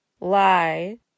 Lie